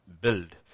build